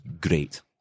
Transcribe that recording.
great